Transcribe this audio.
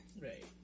Right